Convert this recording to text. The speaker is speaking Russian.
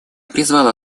призвала